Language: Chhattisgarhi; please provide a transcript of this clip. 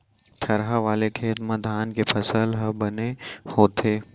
थरहा वाले खेत म धान के फसल ह बने होथे